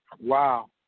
Wow